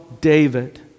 David